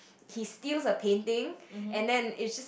he steals a painting and then it just